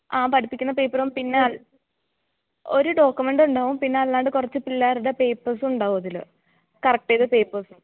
ആ പഠിപ്പിക്കുന്ന പേപ്പറും പിന്നെ ഒരു ഡോക്കുമെൻറ്റുണ്ടാവും പിന്നെ അല്ലാണ്ട് കുറച്ച് പിള്ളേരുടെ പേപ്പേഴ്സുണ്ടാവും അതിൽ കറക്റ്റ് ചെയ്ത പേപ്പേഴ്സും